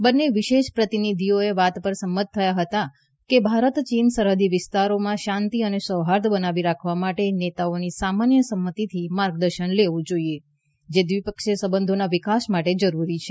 બંને વિશેષ પ્રતિનિધિઓ એ વાત પર સંમત થયા હતા કે ભારત યીન સરહદી વિસ્તારોમાં શાંતિ અને સૌફાર્દ બનાવી રાખવા માટે નેતાઓની સામાન્ય સંમતીથી માર્ગદર્શન લેવું જોઇએ જે દ્વિપક્ષીય સંબંધોના વિકાસ માટે જરૂરી છે